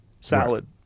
Salad